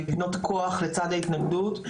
לבנות כוח לצד ההתנגדות,